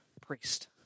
priest